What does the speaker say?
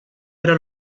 era